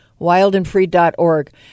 wildandfree.org